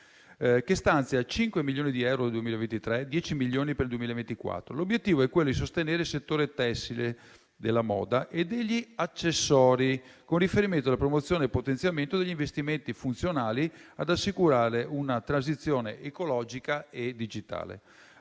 che stanzia 5 milioni di euro per il 2023 e 10 milioni di euro per il 2024. L'obiettivo è quello di sostenere il settore tessile della moda e degli accessori, con riferimento alla promozione e al potenziamento degli investimenti funzionali ad assicurare una transizione ecologica e digitale.